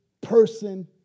person